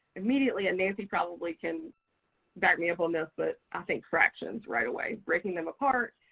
immediately and nancy probably can back me up on this, but i think fractions right away. breaking them apart.